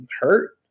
hurt